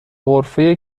غرفه